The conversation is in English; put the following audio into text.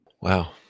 wow